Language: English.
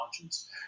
launches